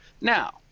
Now